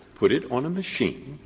put it on a machine,